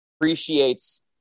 appreciates